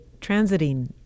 transiting